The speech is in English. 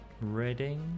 Reading